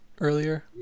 earlier